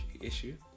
issue